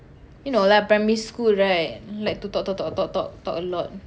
you know lah primary school right like to talk talk talk talk talk talk a lot